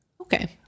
Okay